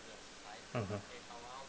mmhmm